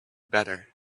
better